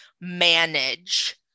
manage